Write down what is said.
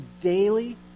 daily